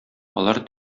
алар